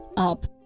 up,